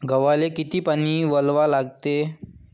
गव्हाले किती पानी वलवा लागते?